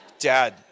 Dad